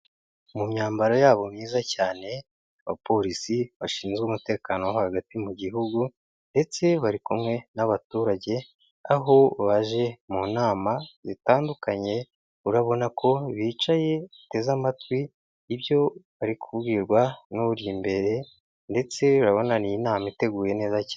Mu myambaro yabo myiza cyane, abapolisi bashinzwe umutekano wo hagati mu gihugu ndetse bari kumwe n'abaturage, aho baje mu nama zitandukanye, urabona ko bicaye, bateze amatwi ibyo bari kubwirwa n'uri imbere ndetse urabona n'inama iteguye neza cya...